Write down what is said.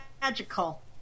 magical